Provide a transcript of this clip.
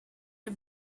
the